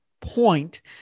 point